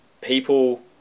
people